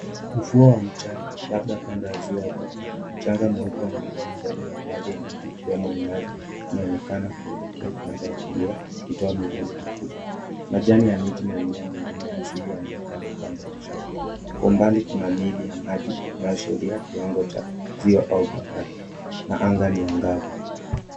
Ufuo wa mchanga labda kando ya ziwa au bahari. Mchanga mweupe umemea mbele na baadhi ya miti ikiwemo minazi inayoonekana kuelekea upande wa kulia ikitoa mwavuli mkuu. Majani ya miti na mimea mingine ya asili yanaonekana upande wa kushoto. Kwa umbali kuna miili ya maji inayoashiria kiwango cha ziwa au bahari na anga ni angavu.